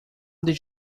did